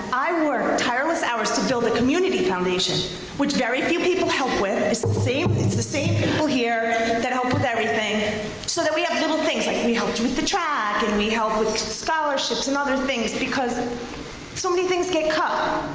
i worked tireless hours to build a community foundation which very few people help with. it's the same people here that help with everything so that we have little things, like we helped with the track and we helped with scholarships and other things because ah so many things get cut.